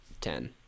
Ten